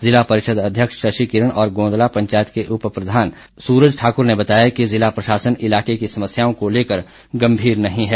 जिला परिषद अध्यक्ष शशि किरण और गोंदला पंचायत के उपप्रधान सूरज ठाकुर ने बताया कि जिला प्रशासन इलाके की समस्याओं को लेकर गंभीर नहीं है